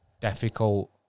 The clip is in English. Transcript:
Difficult